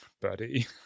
buddy